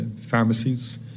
pharmacies